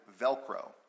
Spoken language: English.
Velcro